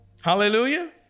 Hallelujah